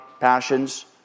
passions